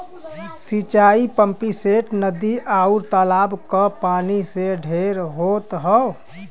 सिंचाई पम्पिंगसेट, नदी, आउर तालाब क पानी से ढेर होत हौ